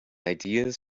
ideas